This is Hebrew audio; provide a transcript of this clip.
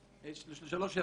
הערות.